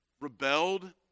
rebelled